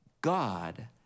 God